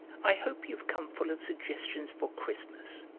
i hope you've come full of suggestions for christmas,